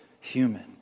human